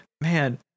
man